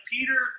Peter